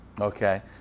Okay